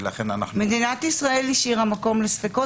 ולכן אנחנו --- מדינת ישראל השאירה מקום לספקות